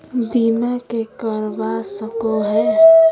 बीमा के करवा सको है?